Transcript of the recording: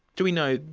do we know,